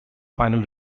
final